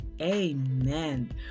amen